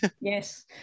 yes